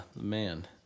man